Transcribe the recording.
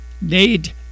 need